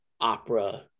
opera